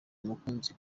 umukunzi